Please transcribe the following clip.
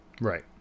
Right